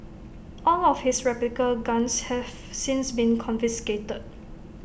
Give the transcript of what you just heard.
all of his replica guns have since been confiscated